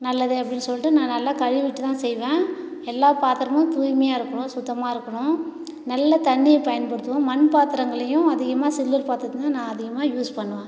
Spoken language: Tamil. நல்லது அப்படினு சொல்லிட்டு நான் நல்லா கழுவிட்டுதான் செய்வேன் எல்லா பாத்திரமும் தூய்மையாக இருக்கனும் சுத்தமாக இருக்கனும் நல்ல தண்ணியை பயன்படுத்துவோம் மண் பாத்திரங்களையும் அதிகமாக சில்வர் பாத்திரத்திலையும் நான் அதிகமாக யூஸ் பண்ணுவேன்